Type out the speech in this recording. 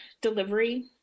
delivery